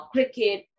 Cricket